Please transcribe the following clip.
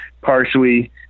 partially